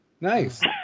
Nice